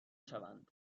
شوند